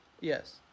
Yes